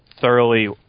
thoroughly